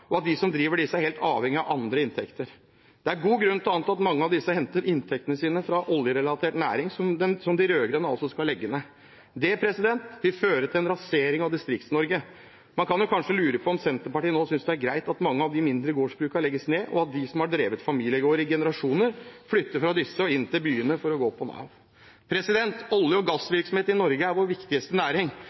og at de som driver disse, er helt avhengige av andre inntekter. Det er god grunn til å anta at mange av disse henter inntektene sine fra oljerelatert næring, som de rød-grønne altså skal legge ned. Det vil føre til en rasering av Distrikts-Norge. Man kan jo lure på om Senterpartiet nå synes det er greit at mange av de mindre gårdsbrukene legges ned, og at de som har drevet familiegårder i generasjoner, flytter fra disse og inn til byene for å gå på Nav. Olje- og gassvirksomhet i Norge er vår viktigste næring.